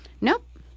nope